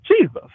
Jesus